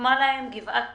הוקמה להם גבעת פרחים,